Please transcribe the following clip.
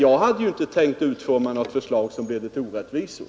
Jag hade inte tänkt utforma något förslag som leder till orättvisor.